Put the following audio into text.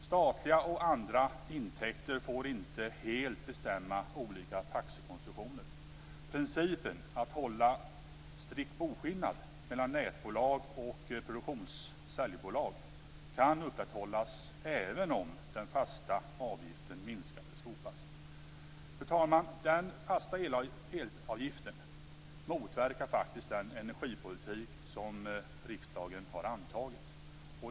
Statliga och andra intäkter får inte helt bestämma olika taxekonstruktioner. Principen att hålla strikt boskillnad mellan nätbolag och produktions och säljbolag kan upprätthållas även om den fasta avgiften minskas eller slopas. Fru talman! Den fasta elavgiften motverkar faktiskt den energipolitik som riksdagen har antagit.